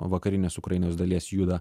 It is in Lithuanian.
vakarinės ukrainos dalies juda